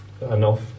enough